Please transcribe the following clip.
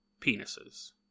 penises